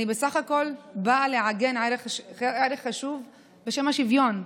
אני בסך הכול באה לעגן ערך חשוב בשם "השוויון".